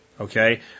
Okay